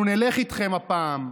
אנחנו נלך איתכם הפעם,